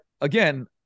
Again